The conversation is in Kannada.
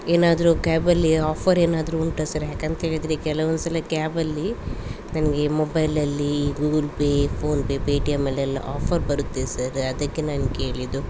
ಏನಾದರು ಕ್ಯಾಬಲ್ಲಿ ಆಫರ್ ಏನಾದರು ಉಂಟ ಸರ್ ಯಾಕಂತೇಳಿದರೆ ಕೆಲವೊಂದ್ಸಲ ಕ್ಯಾಬಲ್ಲಿ ನಂಗೆ ಮೊಬೈಲಲ್ಲಿ ಗೂಗಲ್ಪೇ ಫೋನ್ಪೇ ಪೇಟಿಎಮ್ಮಲ್ಲೆಲ್ಲಾ ಆಫರ್ ಬರುತ್ತೆ ಸರ್ ಅದಕ್ಕೆ ನಾನು ಕೇಳಿದ್ದು